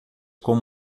com